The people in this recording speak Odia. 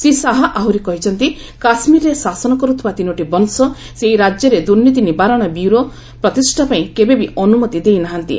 ଶ୍ରୀ ଶାହା ଆହୁରି କହିଛନ୍ତି କାଶ୍ମୀରରେ ଶାସନ କରୁଥିବା ତିନୋଟି ବଂଶ ସେହି ରାଜ୍ୟରେ ଦୂର୍ନୀତି ନିବାରଣ ବ୍ୟୁରୋ ପ୍ରତିଷ୍ଠା ପାଇଁ କେବେ ବି ଅନୁମତି ଦେଇ ନାହାନ୍ତି